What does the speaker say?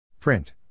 Print